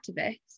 activists